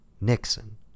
Nixon